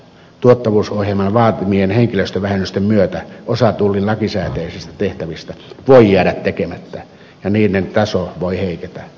tuottavuusohjelman vaatimien henkilöstövähennysten myötä osa tullin lakisääteisistä tehtävistä voi jäädä tekemättä ja niiden taso voi heiketä